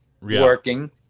working